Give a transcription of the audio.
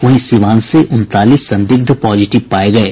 वहीं सिवान से उनतालीस संदिग्ध पॉजिटिव पाये गये